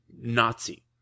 Nazi